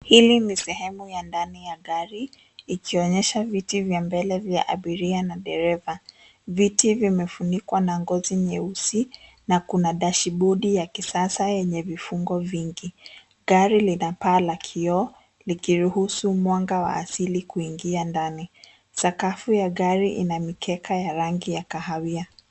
Hili ni sehemu ya ndani ya gari ikionyesha viti vya mbele vya abiria na dereva viti vimefunikwa na ngozi nyeusi na kuna dashboard ya kisasa yenye vifungo vingi. Gari lina paa la kioo likiruhusu mwanga wa asili kuingia ndani. Sakafu ya gari ina mikeka ya rangi ya kahawia.